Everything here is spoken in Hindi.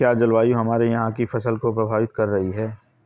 क्या जलवायु हमारे यहाँ की फसल को प्रभावित कर रही है?